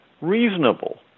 reasonable